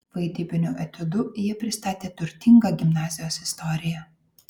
vaidybiniu etiudu jie pristatė turtingą gimnazijos istoriją